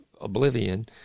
oblivion